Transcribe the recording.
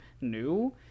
new